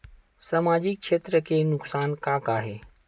सामाजिक क्षेत्र के नुकसान का का हे?